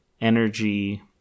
Energy